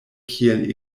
kiel